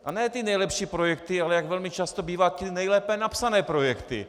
A ne ty nejlepší projekty, ale jak velmi často bývá, ty nejlépe napsané projekty.